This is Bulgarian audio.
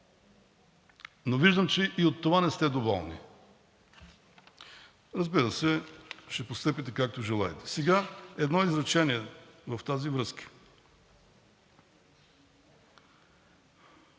но виждам, че и от това не сте доволни. Разбира се, ще постъпите, както желаете. Сега едно изречение в тази връзка.